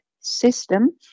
system